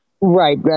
Right